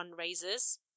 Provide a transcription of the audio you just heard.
fundraisers